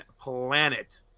planet